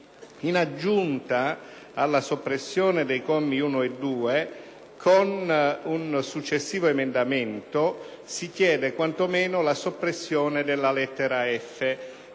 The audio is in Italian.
In aggiunta alla soppressione dei commi 1 e 2, chiediamo con il successivo emendamento 9.11 quanto meno la soppressione della lettera